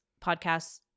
podcasts